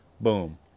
Boom